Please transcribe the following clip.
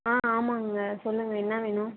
ஆ ஆமாங்க சொல்லுங்க என்ன வேணும்